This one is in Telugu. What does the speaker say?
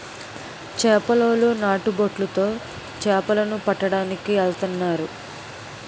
చేపలోలు నాటు బొట్లు తో చేపల ను పట్టడానికి ఎల్తన్నారు